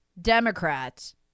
Democrats